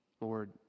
Lord